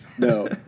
No